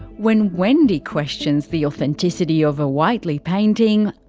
when wendy questions the authenticity of a whiteley painting,